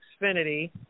Xfinity